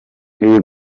iyi